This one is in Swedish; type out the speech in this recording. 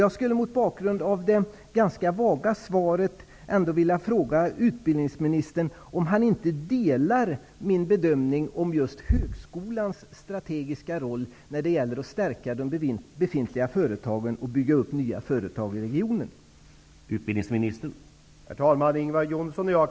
Jag skulle mot bakgrund av det ganska vaga svaret vilja fråga utbildningsministern om han delar min bedömning i fråga om just högskolans strategiska roll för att stärka de befintliga företagen och bygga upp nya företag i regionen.